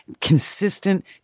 consistent